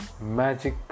Magic